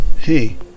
Hey